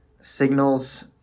signals